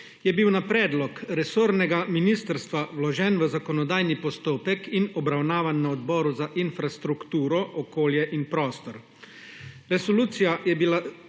je bil na predlog resornega ministrstva vložen v zakonodajni postopek in obravnavan na Odboru za infrastrukturo, okolje in prostor. Resolucija je bila